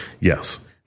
Yes